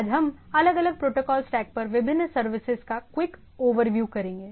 आज हम अलग अलग प्रोटोकॉल स्टैक पर विभिन्न सर्विसेज का क्विक ओवरव्यू करेंगे